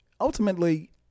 ultimately